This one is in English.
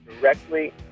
directly